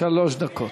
שלוש דקות.